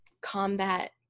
combat –